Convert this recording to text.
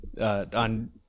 on